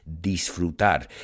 disfrutar